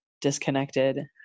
disconnected